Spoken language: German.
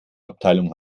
abteilung